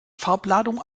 farbladung